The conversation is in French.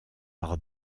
par